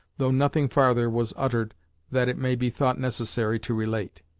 though nothing farther was uttered that it may be thought necessary to relate.